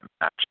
match